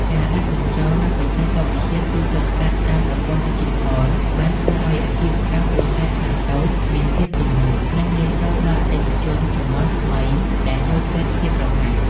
ការដាក់បញ្ចូលនូវបច្គេកវិទ្យាទូទាត់ប្រាក់តាមប្រព័ន្ធឌីជីថល បានធ្វើឱ្យអាជីវកម្មគ្រួសារខ្នាតតូចមានភាពទំនើប និងងាយស្រួលដល់អតិថិជនជំនាន់ថ្មីដែលចូលចិត្តភាពរហ័ស។